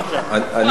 בבקשה.